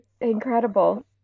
Incredible